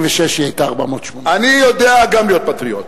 ב-1996 היא היתה 480. אני יודע גם להיות פטריוט.